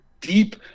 deep